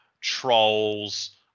Trolls